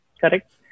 Correct